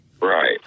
Right